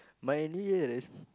my New Year re~